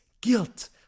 guilt